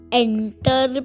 enter